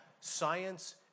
Science